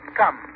come